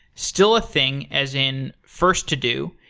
still a thing, as in first-to-do,